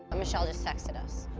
michelle just texted us.